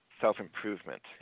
self-improvement